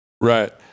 Right